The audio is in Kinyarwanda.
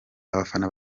abafana